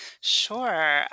Sure